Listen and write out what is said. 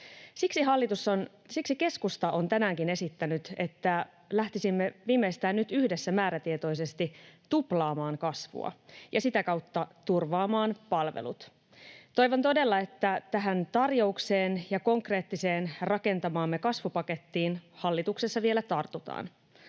Siksi keskusta on tänäänkin esittänyt, että lähtisimme viimeistään nyt yhdessä määrätietoisesti tuplaamaan kasvua ja sitä kautta turvaamaan palvelut. Toivon todella, että tähän tarjoukseen ja rakentamaamme konkreettiseen kasvupakettiin hallituksessa vielä tartutaan.